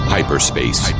hyperspace